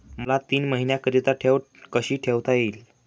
मला तीन महिन्याकरिता ठेव कशी ठेवता येईल?